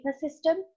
system